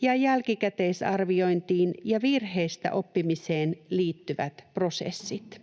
ja jälkikäteisarviointiin ja virheistä oppimiseen liittyvät prosessit.”